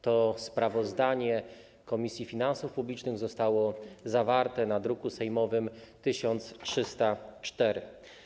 To sprawozdanie Komisji Finansów Publicznych zostało zawarte w druku sejmowym nr 1304.